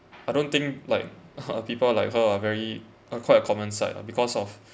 I don't think like people like her are very uh quite a common sight ah because of